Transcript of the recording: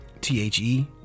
t-h-e